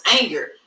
anger